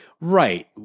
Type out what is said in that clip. Right